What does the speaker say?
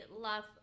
love